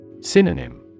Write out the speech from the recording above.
Synonym